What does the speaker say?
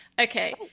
Okay